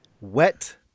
wet